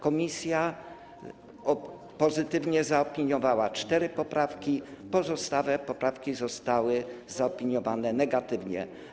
Komisja pozytywnie zaopiniowała 4 poprawki, pozostałe poprawki zostały zaopiniowane negatywnie.